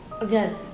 Again